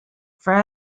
fred